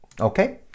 Okay